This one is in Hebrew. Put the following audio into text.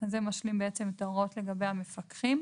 זה משלים את ההוראות לגבי המפקחים.